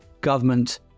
government